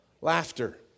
Laughter